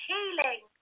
Healing